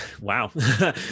wow